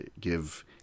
give